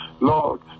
Lord